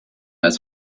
its